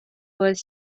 was